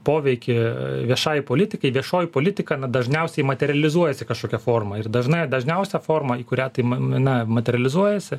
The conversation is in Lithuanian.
poveikį viešajai politikai viešoji politika na dažniausiai materializuojasi kažkokią formą ir dažnai dažniausia forma į kurią tai mm na materializuojasi